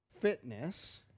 fitness